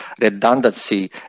redundancy